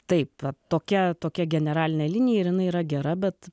taip tokia tokia generalinė linija ir jinai yra gera bet